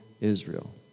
Israel